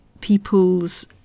people's